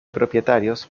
propietarios